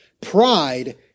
pride